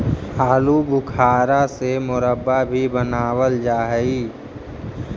आलू बुखारा से मुरब्बा भी बनाबल जा हई